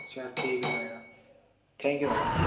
अच्छा ठीक आहे मॅडम थँक्यू मॅडम